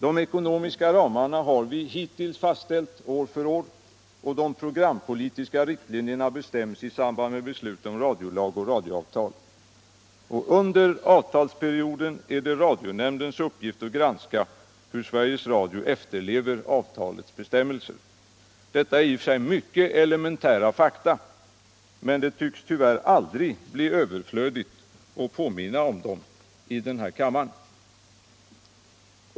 De ekonomiska ramarna har vi hittills fastställt år för år, och de programpolitiska riktlinjerna bestäms i samband med besluten om radiolag och radioavtal. Under avtalsperioden är det radionämndens uppgift att granska hur Sveriges Radio efterlever avtalets bestämmelser. Detta är i och för sig mycket elementära fakta, men det tycks tyvärr aldrig bli överflödigt att påminna om dem i den här kammaren.